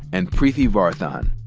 and preeti varathan.